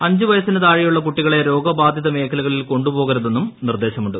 അഞ്ച് വയസ്സിന് താഴെയുള്ള കുട്ടികളെ രോഗബാധിത മേഖലകളിൽ കൊണ്ടു പോകരുതെന്നും നിർദ്ദേശമുണ്ട്